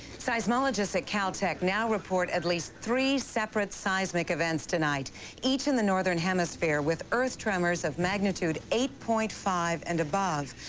seismologists at cal tech now report at least three separate seismic events tonight each in the northern hemisphere with earth tremors of magnitude eight point five and above.